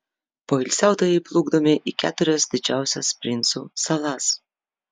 poilsiautojai plukdomi į keturias didžiausias princų salas